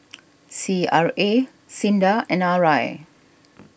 C R A Sinda and R I